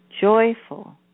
joyful